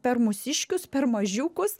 per mūsiškius per mažiukus